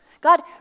god